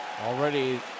already